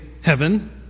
heaven